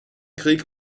krieg